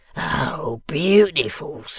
oh beautiful,